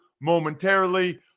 momentarily